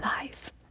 life